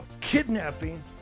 kidnapping